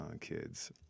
kids